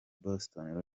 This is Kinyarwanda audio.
boston